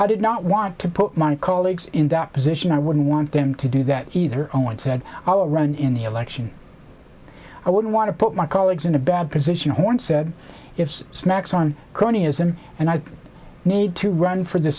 i did not want to put my colleagues in that position i wouldn't want them to do that either owen said i'll run in the election i wouldn't want to put my colleagues in a bad position horne said it's smacks on cronyism and i need to run for the